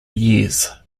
years